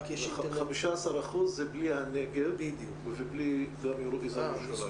15% זה בלי הנגב ובלי מזרח ירושלים.